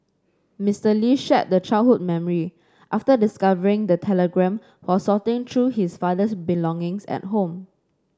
Mister Lee shared the childhood memory after discovering the telegram while sorting through his father's belongings at home